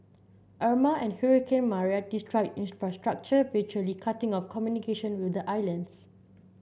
Irma and hurricane Maria destroyed infrastructure virtually cutting off communication with the islands